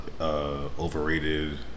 overrated